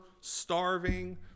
starving